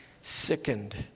sickened